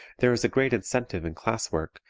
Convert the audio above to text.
there is a great incentive in class work,